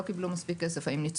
לא קיבלו מספיק כסף?